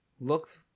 looked